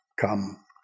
come